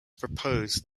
proposed